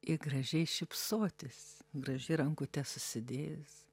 i gražiai šypsotis gražiai rankutes susidėjęs